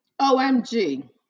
OMG